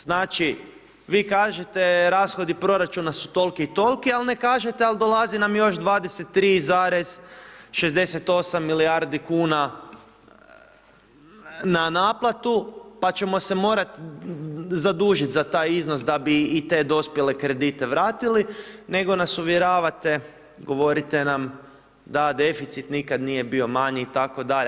Znači, vi kažete rashodi proračuna su toliki i toliki, al ne kažete al dolazi nam još 23,68 milijardi kuna na naplatu, pa ćemo se morati zadužiti za taj iznos da bi i te dospjele kredite vratili, nego nas uvjeravate, govorite nam da deficit nikada nije bio manji itd.